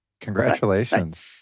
Congratulations